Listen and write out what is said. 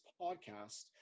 podcast